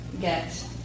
get